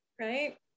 right